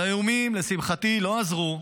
אבל האיומים, לשמחתי, לא עזרו.